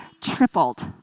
tripled